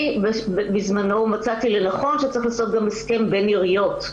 אני בזמנו מצאתי לנכון שצריך לעשות גם הסכם בין עיריות.